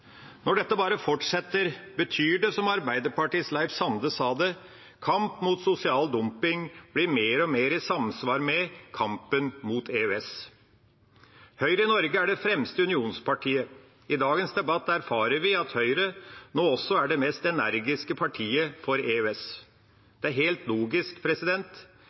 Når dette bare fortsetter, betyr det – som Arbeiderpartiets Leif Sande sa det – at kamp mot sosial dumping blir mer og mer i samsvar med kampen mot EØS. Høyre i Norge er det fremste unionspartiet. I dagens debatt erfarer vi at Høyre nå også er det mest energiske partiet for EØS. Det er helt logisk.